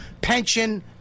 pension